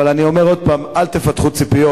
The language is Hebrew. אבל אני אומר עוד פעם: אל תפתחו ציפיות.